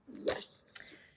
Yes